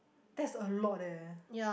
that's a lot leh